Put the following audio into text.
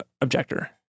objector